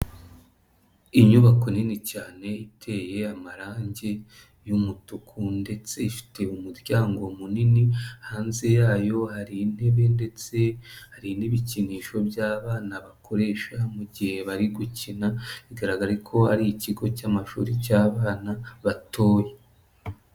Inyubako nini cyane, iteye amarange y'umutuku ndetse ifite umuryango munini, hanze yayo hari intebe ndetse hari n'ibikinisho by'abana bakoresha mu gihe bari gukina, bigaragare ko ari ikigo cy'amashuri cy'abana batoya.